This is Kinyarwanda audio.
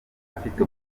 afite